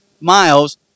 miles